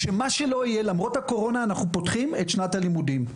על כך שלמרות הקורונה אנחנו פותחים את שנת הלימודים.